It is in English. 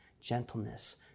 gentleness